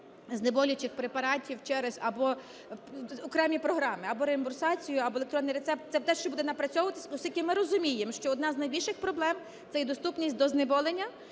знеболюючих препаратів через окремі програми: або реімбурсацію, або електронний рецепт. Це те, що буде напрацьовуватися, оскільки ми розуміємо, що одна з найбільших проблем - це є доступність до знеболення,